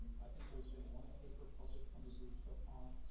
i think there's been one paper published from the group so far.